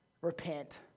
Repent